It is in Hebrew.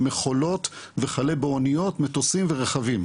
מכולות וחלה באוניות מטוסים ורכבים,